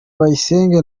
bayisenge